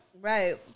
Right